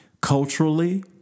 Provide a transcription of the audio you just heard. culturally